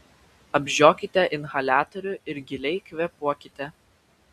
apžiokite inhaliatorių ir giliai kvėpuokite